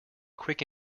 quick